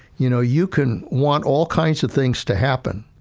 you know, you can want all kinds of things to happen,